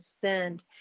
send